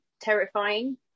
terrifying